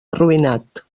arruïnat